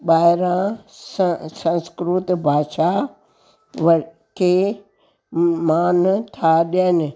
ॿाहिरां संस्कृत भाषा वर्के म मान था ॾियनि